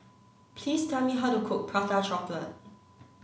please tell me how to cook prata chocolate